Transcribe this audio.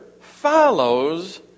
follows